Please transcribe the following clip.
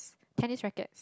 tennis rackets